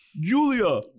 Julia